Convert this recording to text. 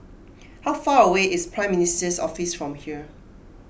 how far away is Prime Minister's Office from here